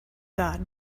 god